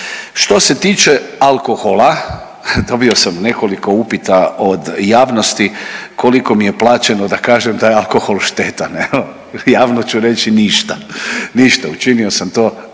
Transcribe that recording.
Što se tiče alkohola, dobio sam nekoliko upita od javnosti koliko mi je plaćeno da kažem da je alkohol štetan, jel, javno ću reći ništa, ništa, učinio sam to